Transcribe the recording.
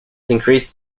increased